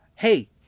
hey